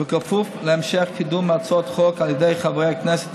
בכפוף להמשך קידום הצעות החוק על ידי חברי הכנסת